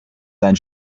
sein